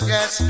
Yes